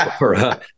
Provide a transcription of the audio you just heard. Right